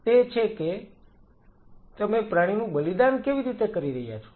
તે છે કે તમે પ્રાણીનું બલિદાન કેવી રીતે કરી રહ્યા છો